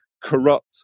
corrupt